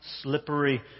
slippery